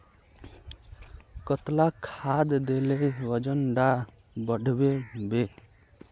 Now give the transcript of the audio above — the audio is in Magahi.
कतला खाद देले वजन डा बढ़बे बे?